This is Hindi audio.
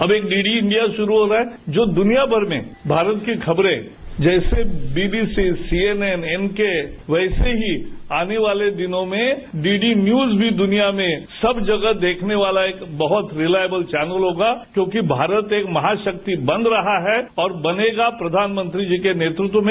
अब एक डी डी इंडिया शुरू हो रहा है जो दुनियाभर में भारत की खबरें जैसे B B C C N N N के वैसे ही आने वाले दिनों में डी डी न्यूज भी दूनिया में सब जगह देखने वाला एक बहुत रिलायबल चौनल होगा क्योंकि भारत एक महाशक्ति बन रहा है और बनेगा प्रधानमंत्री जी के नेतृत्व में